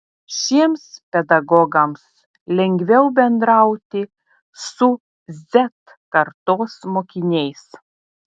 šiems pedagogams lengviau bendrauti su z kartos mokiniais